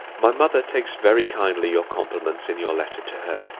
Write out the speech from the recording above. my mother takes very kindly your compliments in your letter to her.